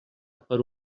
per